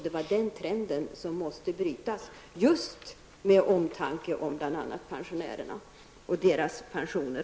Det var nödvändigt att bryta denna trend just med omtanke om pensionärerna och deras pensioner.